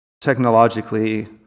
technologically